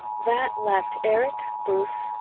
that left erich, bruce,